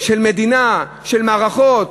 של מדינה, של מערכות.